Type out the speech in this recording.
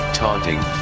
taunting